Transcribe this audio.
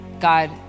God